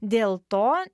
dėl to